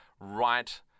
right